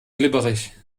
glibberig